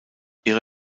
ihre